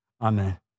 Amen